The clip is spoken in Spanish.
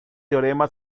teorema